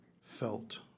felt